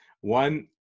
one